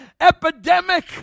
epidemic